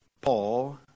Paul